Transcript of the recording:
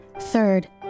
Third